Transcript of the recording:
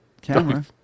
Camera